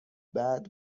بعد